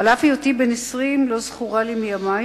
"על אף היותי בן 20 לא זכורה לי מימי